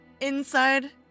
Inside